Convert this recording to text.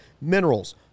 minerals